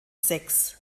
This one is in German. sechs